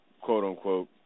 quote-unquote